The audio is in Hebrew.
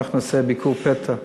אנחנו נעשה ביקור פתע בערב,